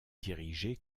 dirigé